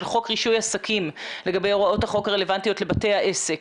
חוק רישוי עסקים לגבי הוראות החוק הרלוונטיות לבתי העסק.